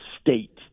state